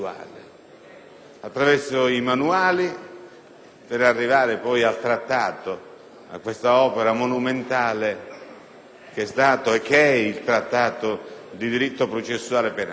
attraverso i manuali, per arrivare poi a questa opera monumentale che è stata ed è il trattato di diritto processuale penale.